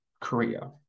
Korea